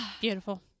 Beautiful